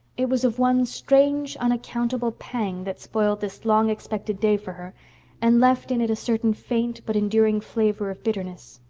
it was of one strange, unaccountable pang that spoiled this long-expected day for her and left in it a certain faint but enduring flavor of bitterness.